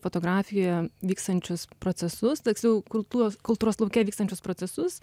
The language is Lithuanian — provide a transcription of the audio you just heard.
fotografijoje vykstančius procesus tiksliau kultūros kultūros lauke vykstančius procesus